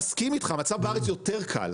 מסכים איתך, המצב בארץ יותר קל.